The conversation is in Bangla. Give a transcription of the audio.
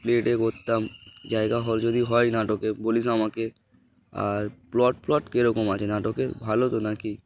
প্লে টে করতাম জায়গা হল যদি হয় নাটকে বলিস আমাকে আর প্লট ফ্লট কীরকম আছে নাটকেের ভালো তো নাকি